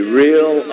real